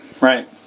right